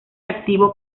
activo